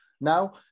now